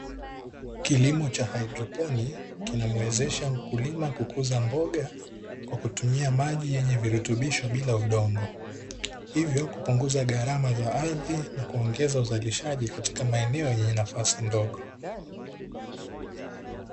Kilimo cha hydroponi kinamwezesha mkulima kukuza mboga kwa kutumia maji yenye virutubisho bila udongo. Hivyo kupunguza gharama za ardhi na kuongeza uzalishaji katika maeneo yenye nafasi ndogo.